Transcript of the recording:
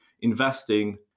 investing